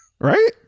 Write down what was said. Right